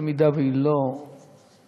ואם היא לא נמצאת,